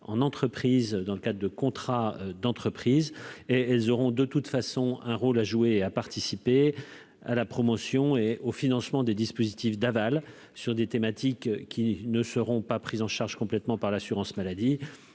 en entreprise dans le cadre de contrats d'entreprises et elles auront de toute façon un rôle à jouer, à participer à la promotion et au financement des dispositifs d'aval sur des thématiques qui ne seront pas pris en charge complètement par l'assurance maladie,